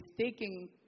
taking